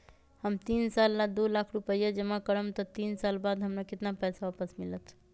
हम तीन साल ला दो लाख रूपैया जमा करम त तीन साल बाद हमरा केतना पैसा वापस मिलत?